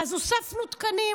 אז הוספנו תקנים